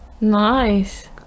nice